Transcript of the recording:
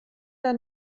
der